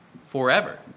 forever